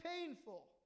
painful